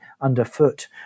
underfoot